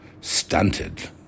stunted